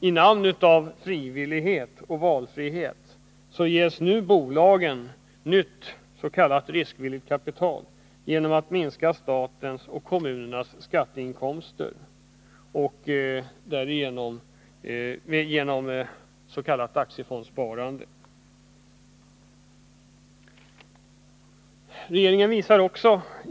I namn av frivillighet och valfrihet ges bolagen nu nytt s.k. riskvilligt kapital genom aktiefondssparande och därmed minskade skatteinkomster för kommunerna.